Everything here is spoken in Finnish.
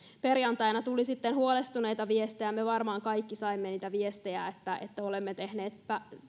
perjantaina tuli sitten huolestuneita viestejä me varmaan kaikki saimme niitä viestejä että että olemme tehneet